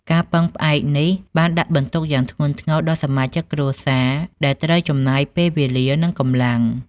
ការពឹងផ្អែកនេះបានដាក់បន្ទុកយ៉ាងធ្ងន់ធ្ងរដល់សមាជិកគ្រួសារដែលត្រូវចំណាយពេលវេលា និងកម្លាំង។